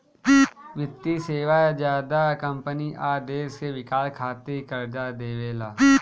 वित्तीय सेवा ज्यादा कम्पनी आ देश के विकास खातिर कर्जा देवेला